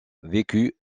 vécut